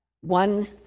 One